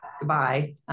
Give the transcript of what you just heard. goodbye